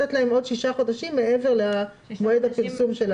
לתת להם עוד שישה חודשים מעבר למועד הפרסום.